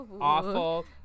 awful